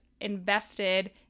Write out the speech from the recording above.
invested